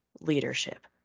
leadership